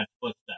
footsteps